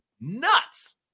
nuts